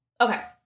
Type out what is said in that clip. Okay